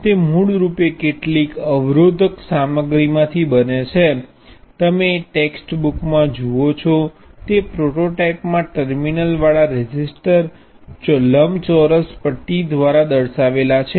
તે મૂળરૂપે કેટલીક અવરોધ ક સામગ્રી માથી બને છે તમે ટેક્સ્ટ બુકમાં જુઓ છો તે પ્રોટોટાઇપમાં ટર્મિનલવાળા રેઝિસ્ટિવ લંબચોરસ પટ્ટી દર્શાવેલી છે